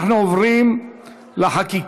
אנחנו עוברים לחקיקה.